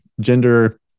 gender